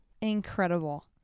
incredible